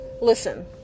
Listen